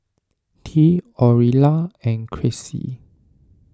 Tea Aurilla and Chrissy